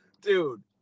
Dude